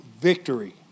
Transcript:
victory